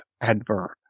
adverb